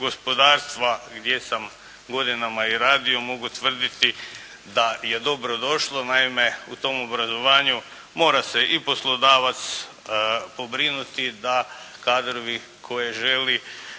gospodarstva gdje sam godinama i radio, mogu tvrditi da je dobro došlo. Naime u tom obrazovanju mora se i poslodavac pobrinuti da kadrovi koje želi